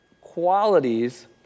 qualities